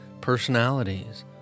personalities